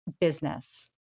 business